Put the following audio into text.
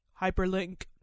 Hyperlink